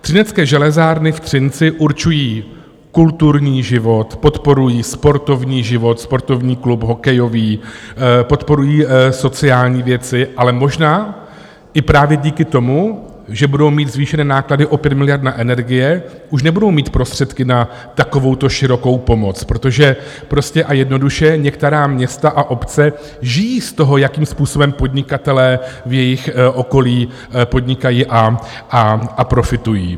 Třinecké železárny v Třinci určují kulturní život, podporují sportovní život, sportovní klub hokejový, podporují sociální věci, ale možná i právě díky tomu, že budou mít zvýšené náklady o 5 miliard na energie, už nebudou mít prostředky na takovouto širokou pomoc, protože prostě a jednoduše některá města a obce žijí z toho, jakým způsobem podnikatelé v jejich okolí podnikají a profitují.